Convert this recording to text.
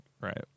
Right